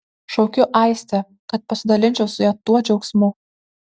šaukiu aistę kad pasidalinčiau su ja tuo džiaugsmu